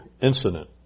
incident